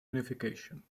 unification